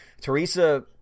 Teresa